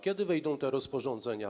Kiedy wejdą te rozporządzenia?